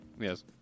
Yes